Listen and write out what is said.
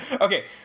Okay